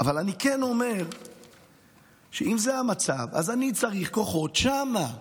אבל אני כן אומר שאם זה המצב, אני צריך כוחות שמה.